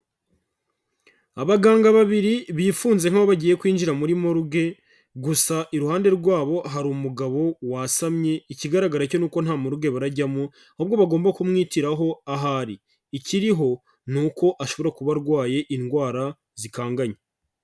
Abaganga babiri bifunze nk'aho bagiye kwinjira muri morgue gusa iruhande rwabo hari umugabo wasamye ikigaragara cyo ni uko nta morgue barajyamo, ahubwo bagomba kumwitiraho aho ari ikiriho ni uko ashobora kuba arwaye indwara zikanganye.